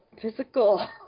Physical